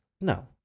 No